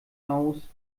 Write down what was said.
aus